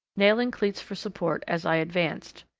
nailing cleats for support as i advanced.